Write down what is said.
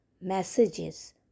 messages